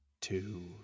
two